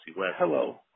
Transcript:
Hello